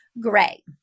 gray